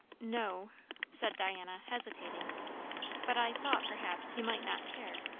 no said diana, hesitating but i thought, perhaps, he might not care.